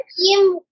team